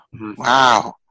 Wow